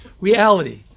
reality